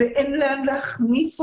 ואין לאן להכניס אותנו.